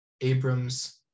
Abram's